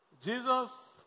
Jesus